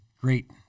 great